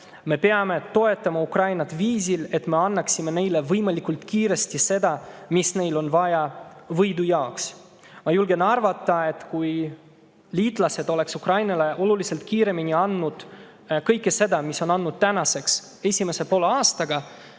me peame toetama Ukrainat viisil, et me annaksime neile võimalikult kiiresti seda, mida neil on vaja võidu jaoks. Ma julgen arvata, et kui liitlased oleks Ukrainale oluliselt kiiremini andnud kõike seda, mis on antud tänaseks, esimese poole aastaga,